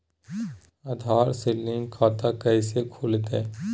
आधार से लिंक खाता कैसे खुलते?